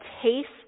taste